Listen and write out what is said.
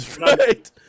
Right